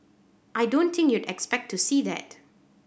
I don't think you expect to see that